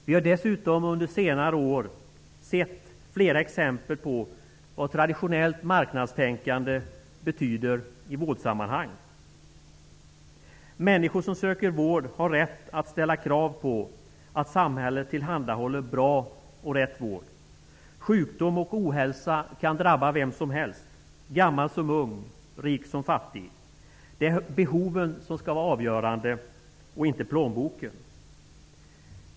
Vi har dessutom under senare år sett flera exempel på vad traditionellt marknadstänkande betyder i vårdsammanhang. Människor som söker vård har rätt att ställa krav på att samhället tillhandahåller bra och rätt vård. Sjukdom och ohälsa kan drabba vem som helst -- gammal som ung, rik som fattig. Det är behoven som skall vara avgörande, inte plånboken.